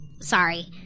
Sorry